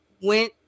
went